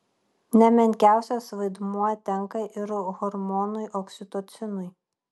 ne menkiausias vaidmuo tenka ir hormonui oksitocinui